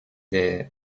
der